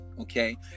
okay